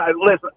listen